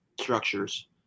structures